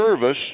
service